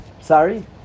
Sorry